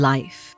Life